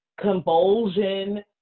convulsion